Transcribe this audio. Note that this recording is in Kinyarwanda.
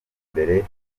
mbere